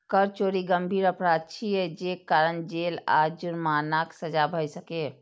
कर चोरी गंभीर अपराध छियै, जे कारण जेल आ जुर्मानाक सजा भए सकैए